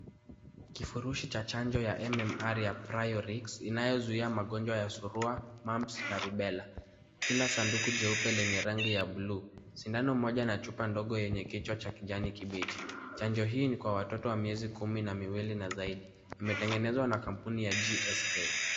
Kifurushi cha chanjo ya M-M-R ya Priorix, inayozuia magonjwa ya surua, mumps na rubela. Kila sanduku jeupe lenye rangi ya buluu. Sindano mpja na chupa ndogo yenye kichwa cha kijani kibichi. Chanjo hii ni ya watoto wa miezi kumi na mbili na zaidi. Imetengenezwa na kampuni ya GSK.